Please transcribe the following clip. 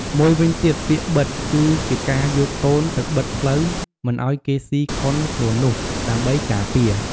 មួយវិញទៀតពាក្យ បិទ គឺជាការយកកូនទៅបិទផ្លូវមិនឱ្យគេស៊ីខុនខ្លួននោះ ដើម្បីការពារ។